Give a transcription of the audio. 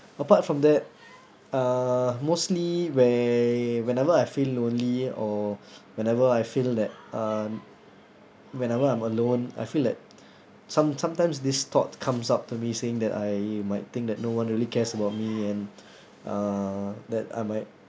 apart from that uh mostly where whenever I feel lonely or whenever I feel that um whenever I'm alone I feel like some sometimes this thought comes out to me saying that I might think that no one really cares about me and uh that I might